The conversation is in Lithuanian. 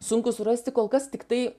sunku surasti kol kas tik tai